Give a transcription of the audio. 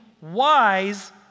wise